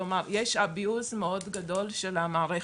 כלומר יש ניצול מאוד גדול של המערכת.